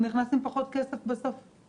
הוא נכנס עם פחות כסף לרשות.